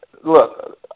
Look